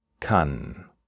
kann